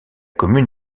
commune